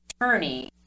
attorney